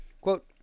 Quote